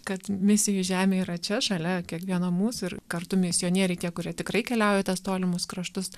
kad misijų žemė yra čia šalia kiekvieno mūsų ir kartu misionieriai tie kurie tikrai keliauja į tuos tolimus kraštus